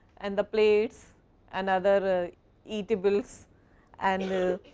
and the plates and other ah eatables and